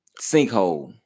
sinkhole